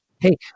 Hey